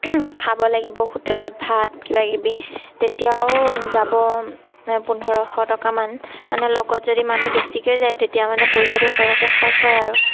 খাব লাগিব হোটেলত ভাত কিবাকিবি তেতিয়াও যাব পোন্ধৰশ টকামান মানে লগত যদি মানুহ বেছিকৈ যায় তেতিয়া মানে পইচাটো সৰহকৈ খৰচ হয় আৰু